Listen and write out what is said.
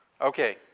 Okay